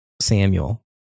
Samuel